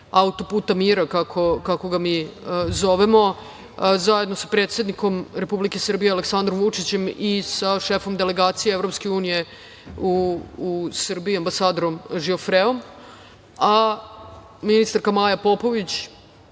autoputa „Mira“, kako ga mi zovemo, zajedno sa predsednikom Republike Srbije, Aleksandrom Vučićem, i sa šefom delegacije EU u Srbiji i ambasadorom Žiofreom. Ministarka Maja Popović